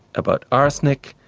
about arsenic,